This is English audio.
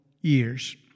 years